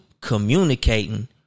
communicating